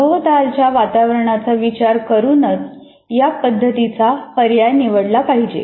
सभोवतालच्या वातावरणाचा विचार करूनच या पद्धतींचा पर्याय निवडला पाहिजे